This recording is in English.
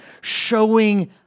showing